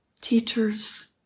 teachers